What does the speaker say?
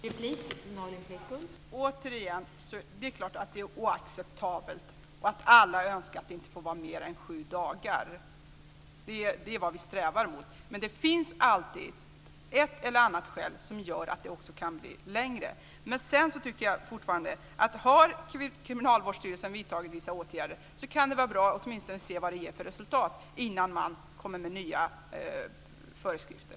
Fru talman! Återigen: Det är klart att det är oacceptabelt och att alla önskar att det inte får vara mer än sju dagar. Det är vad vi strävar mot. Men det finns alltid ett eller annat skäl som gör att det också kan bli längre tid. Sedan tycker jag fortfarande att om Kriminalvårdsstyrelsen har vidtagit vissa åtgärder kan det vara bra att åtminstone se vad det ger för resultat innan man kommer med nya föreskrifter.